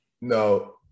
No